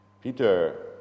Peter